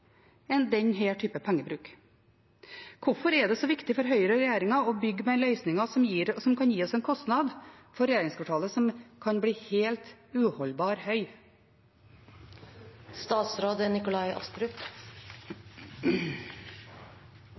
type pengebruk. Hvorfor er det så viktig for Høyre og regjeringen å bygge med den løsningen som kan gi oss en kostnad for regjeringskvartalet som kan bli helt uholdbar høy?